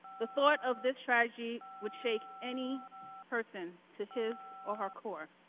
the thought of this tragedy would shake any person to his or her core.